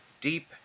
deep